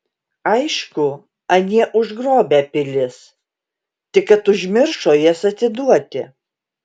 aišku anie užgrobę pilis tik kad užmiršo jas atiduoti